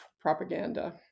propaganda